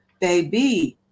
baby